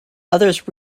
others